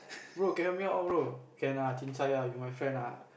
bro can help me out oh bro can ah chincai ah you my friend ah